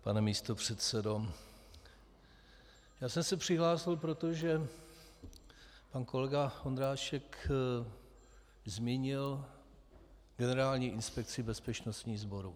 Pane místopředsedo, já jsem se přihlásil proto, že pan kolega Ondráček zmínil Generální inspekci bezpečnostních sborů.